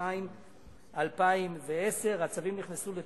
התש"ע 2010. הצווים נכנסו לתוקף,